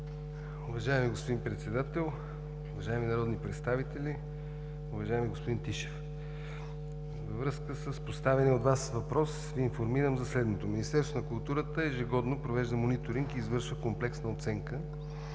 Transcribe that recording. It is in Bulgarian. Уважаеми господин Председател, уважаеми народни представители! Уважаеми господин Тишев, във връзка с поставения от Вас въпрос Ви информирам за следното. Министерството на културата ежегодно провежда мониторинг и извършва комплексна оценка